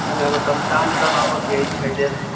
नहि हमरा कर्मकाण्ड करवाबऽके छै ताहि लेल